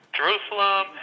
Jerusalem